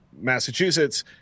Massachusetts